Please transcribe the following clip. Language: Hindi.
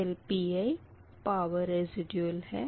∆Pi पावर रेसिडयुल है